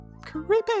Creepy